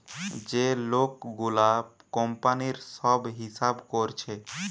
যে লোক গুলা কোম্পানির সব হিসাব কোরছে